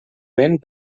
vent